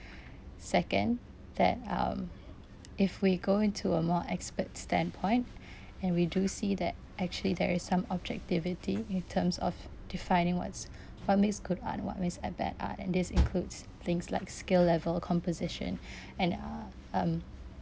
second that um if we go into a more expert standpoint and we do see that actually there is some objectivity in terms of defining what's what makes good art what makes a bad art and this includes things like skill level composition and uh um